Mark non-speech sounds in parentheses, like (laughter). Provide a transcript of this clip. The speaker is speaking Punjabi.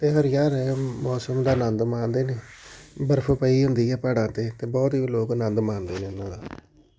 ਅਤੇ ਹਰੀਆਂ (unintelligible) ਮੌਸਮ ਦਾ ਆਨੰਦ ਮਾਣਦੇ ਨੇ ਬਰਫ ਪਈ ਹੁੰਦੀ ਹੈ ਪਹਾੜਾਂ 'ਤੇ ਅਤੇ ਬਹੁਤ ਹੀ ਲੋਕ ਆਨੰਦ ਮਾਣਦੇ ਨੇ ਉਹਨਾਂ ਦਾ